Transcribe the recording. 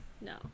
No